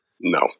no